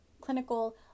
clinical